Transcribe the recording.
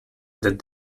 that